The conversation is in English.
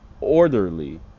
orderly